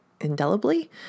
indelibly